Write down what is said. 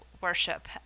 worship